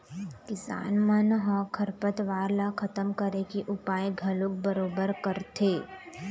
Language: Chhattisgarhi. किसान मन ह खरपतवार ल खतम करे के उपाय घलोक बरोबर करथे